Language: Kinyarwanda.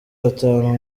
batanu